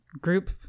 group